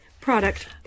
product